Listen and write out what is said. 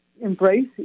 embrace